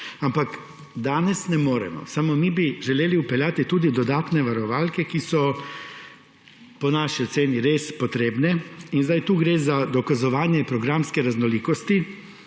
Ampak danes ne moremo. Samo mi bi želeli vpeljati tudi dodatne varovalke, ki so po naši oceni res potrebne – tu gre za dokazovanje programske raznolikosti